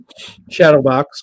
Shadowbox